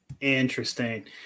Interesting